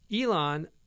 Elon